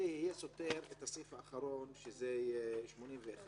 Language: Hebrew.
זה יסתור את הסעיף האחרון, שזה סעיף 81